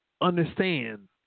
Understand